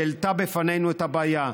שהעלתה בפנינו את הבעיה,